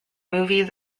movies